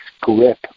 grip